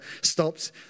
stopped